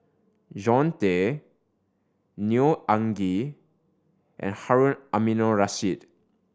Jean Tay Neo Anngee and Harun Aminurrashid